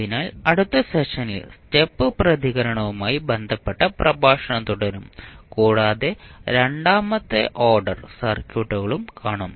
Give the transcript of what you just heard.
അതിനാൽ അടുത്ത സെഷനിൽ സ്റ്റെപ്പ് പ്രതികരണവുമായി ബന്ധപ്പെട്ട പ്രഭാഷണം തുടരും കൂടാതെ രണ്ടാമത്തെ ഓർഡർ സർക്യൂട്ടുകളും കാണും